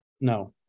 No